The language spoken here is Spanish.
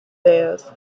dedos